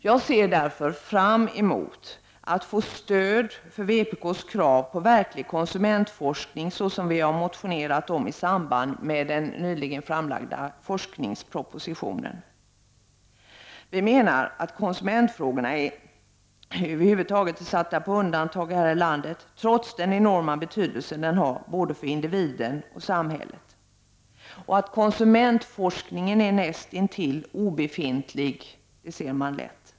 Jag ser därför fram emot att få stöd för vpk:s krav på verklig konsumentforskning som vi har motionerat om i samband med den nyligen framlagda forskningspropositionen. Vi menar att konsumentfrågorna över huvud taget är satta på undantag här i landet, trots den enorma betydelse de har både för individen och för samhället. Att konsumentforskningen är näst intill obefintlig ser man lätt.